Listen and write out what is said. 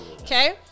Okay